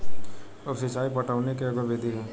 उप सिचाई पटवनी के एगो विधि ह